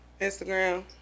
Instagram